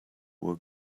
would